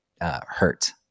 hurt